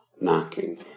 knocking